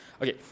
Okay